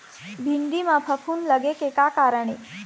भिंडी म फफूंद लगे के का कारण ये?